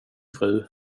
fru